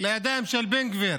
לידיים של בן גביר,